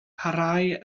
parhau